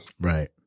Right